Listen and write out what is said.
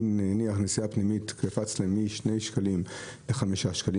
הסכום עבור נסיעה פנימית קפץ משני שקלים לחמישה שקלים